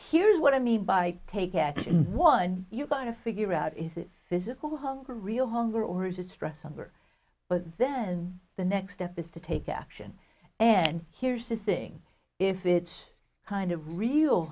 here's what i mean by take care one you've got to figure out is it physical hunger real hunger or is it stress over but then the next step is to take action and here's the thing if it's kind of real